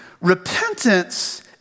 repentance